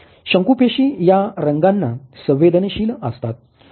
शंकू पेशी या रंगांना संवेदनशील असतात